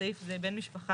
בסעיף זה בן משפחה,